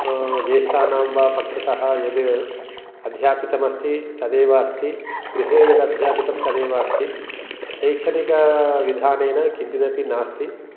ज्येष्ठानां वा पक्षतः यत् अध्यापितमस्ति तदेव अस्ति गृहे यत् अध्यापितं तदेव अस्ति शैक्षणिकविधानेन किञ्चिदपि नास्ति